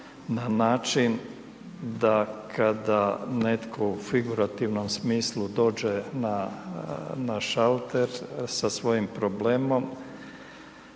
na način da kada netko u figurativnom smislu dođe na šalter sa svojim problemom,